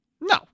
No